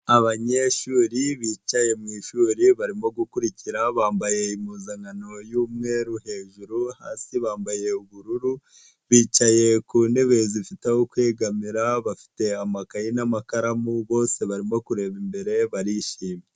Abanyeshuri bicaye mu ishuri barimo gukurikira, bambaye impuzankano y'umweru hejuru, hasi bambaye ubururu, bicaye ku ntebe zifite ahokwegamira, bafite amakaye n'amakaramu, bose barimo kureba imbere barishimye.